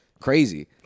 Crazy